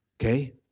Okay